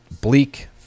bleak